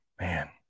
Man